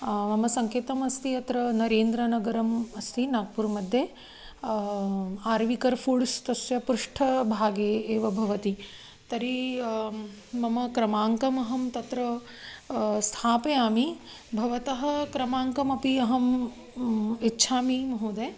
मम सङ्केतमस्ति अत्र नरेन्द्रनगरम् अस्ति नाग्पूर् मध्ये आर्विकर् फु़ड्स् तस्य पृष्ठभागे एव भवति तर्हि मम क्रमाङ्कमहं तत्र स्थापयामि भवतः क्रमाङ्कमपि अहम् इच्छामि महोदय